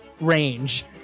range